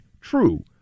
true